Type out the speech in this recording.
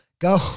Go